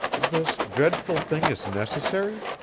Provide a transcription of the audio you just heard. this dreadful thing is necessary?